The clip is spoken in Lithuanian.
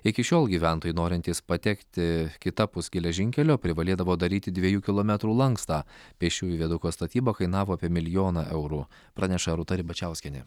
iki šiol gyventojai norintys patekti kitapus geležinkelio privalėdavo daryti dviejų kilometrų lankstą pėsčiųjų viaduko statyba kainavo apie milijoną eurų praneša rūta ribačiauskienė